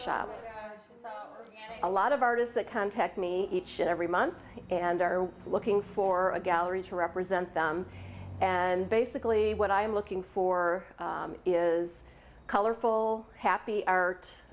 shop a lot of artists that contact me each and every month and are looking for a gallery to represent them and basically what i am looking for is colorful happy